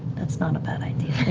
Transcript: that's not a bad idea.